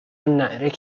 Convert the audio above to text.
ﺷﯿﺮﺍﻥ